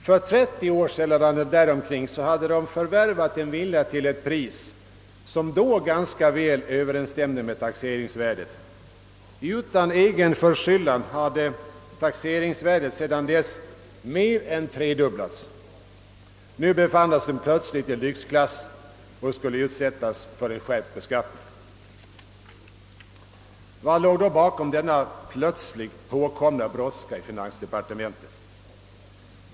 För cirka 30 år sedan eller däromkring hade dessa personer förvärvat sina villor till ett pris som då ganska väl överensstämde med taxeringsvärdet. Utan deras egen förskyllan har taxeringsvärdet sedan dess mer än tredubblats. Nu befann de sig plötsligt i lyxklass och skulle utsättas för en skärpt beskattning. Vad låg då bakom denna plötsliga brådska i finansdepartementet?